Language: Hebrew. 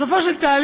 בסופו של תהליך,